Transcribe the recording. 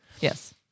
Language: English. Yes